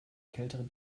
kälteren